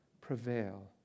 prevail